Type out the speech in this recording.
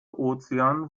ozean